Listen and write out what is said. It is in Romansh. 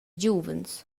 giuvens